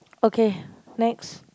okay next